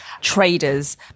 traders